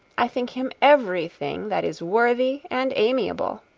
i think him every thing that is worthy and amiable.